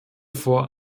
vor